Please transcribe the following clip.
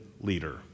leader